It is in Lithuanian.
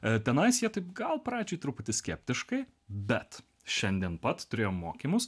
tenais ją taip gal pradžiai truputį skeptiškai bet šiandien pat turėjau mokymus